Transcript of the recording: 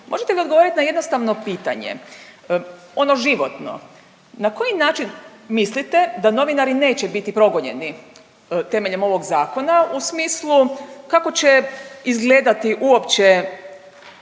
Možete mi odgovoriti na jednostavno pitanje, ono životno, na koji način mislite da novinari neće biti progonjeni temeljem ovog zakona u smislu kako će izgledati uopće